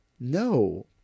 No